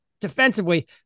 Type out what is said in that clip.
defensively